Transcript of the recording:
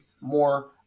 more